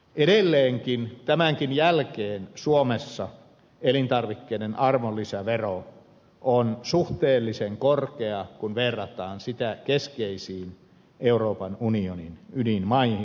edelleen tämänkin jälkeen suomessa elintarvikkeiden arvonlisävero on suhteellisen korkea kun verrataan sitä keskeisiin euroopan unionin ydinmaihin